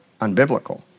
unbiblical